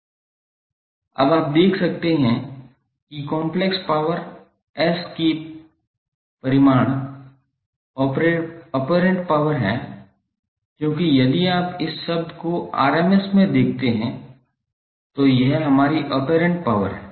अब आप देख सकते हैं कि कॉम्प्लेक्स पावर S की परिमाण ऑपेरेंट पावर है क्योंकि यदि आप इस शब्द को rms में देखते हैं तो यह हमारी ऑपेरेंट पावर है